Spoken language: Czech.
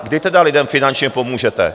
Kdy tedy lidem finančně pomůžete?